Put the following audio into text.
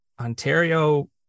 Ontario